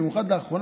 במיוחד לאחרונה,